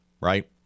Right